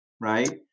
right